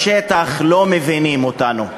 בשטח לא מבינים אותנו,